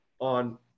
on